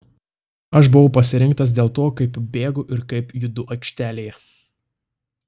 aš buvau pasirinktas dėl to kaip bėgu ir kaip judu aikštelėje